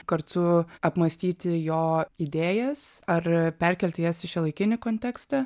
kartu apmąstyti jo idėjas ar perkelti jas į šiuolaikinį kontekstą